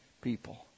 people